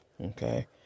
Okay